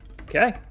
Okay